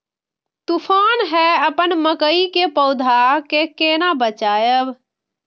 तुफान है अपन मकई के पौधा के केना बचायब?